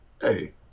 hey